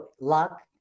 luck